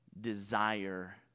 desire